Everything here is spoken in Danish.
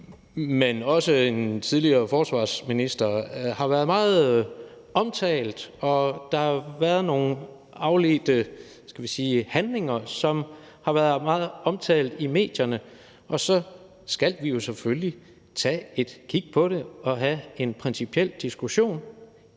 omkring en tidligere forsvarsminister, har været meget omtalt, og der har været nogle afledte, skal vi sige handlinger, som har været meget omtalt i medierne, og så skal vi jo selvfølgelig tage et kig på det og have en principiel diskussion.